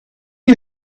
you